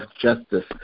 justice